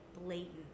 blatant